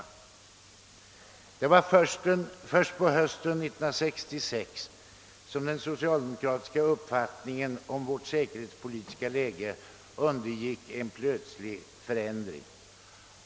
Det var först på hösten 1966 som den socialdemokratiska uppfattningen om vårt säkerhetspolitiska läge undergick en plötslig förändring.